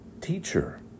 Teacher